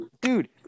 Dude